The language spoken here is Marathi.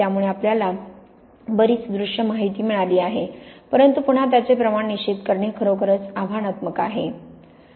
त्यामुळे आपल्याला बरीच दृश्य माहिती मिळाली आहे परंतु पुन्हा त्याचे प्रमाण निश्चित करणे खरोखरच आव्हानात्मक आहे